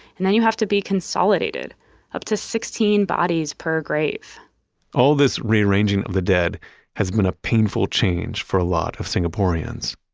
and then you have to be consolidated up to sixteen bodies per grave all this rearranging of the dead has been a painful change for a lot of singaporeans,